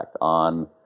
on